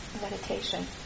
meditation